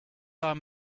are